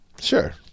Sure